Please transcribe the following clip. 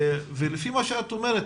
ולפי מה שאת אומרת,